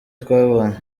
twabonye